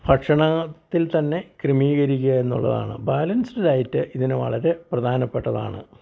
ഭക്ഷണത്തിൽ തന്നെ ക്രമിക്കരിക്കുക എന്നുള്ളതാണ് ബാലൻസ്ഡ് ഡയറ്റ് ഇതിന് വളരെ പ്രധാനപ്പെട്ടതാണ്